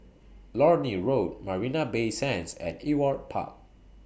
Lornie Road Marina Bay Sands and Ewart Park